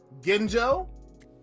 Genjo